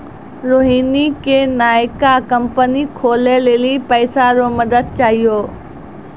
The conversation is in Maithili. रोहिणी के नयका कंपनी खोलै लेली पैसा रो मदद चाहियो